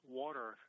water